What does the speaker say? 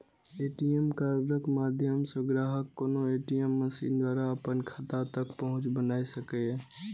ATM कार्डक माध्यम सं ग्राहक कोनो ए.टी.एम मशीन द्वारा अपन खाता तक पहुंच बना सकैए